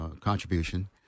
contribution